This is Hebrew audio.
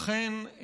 אכן,